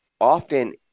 Often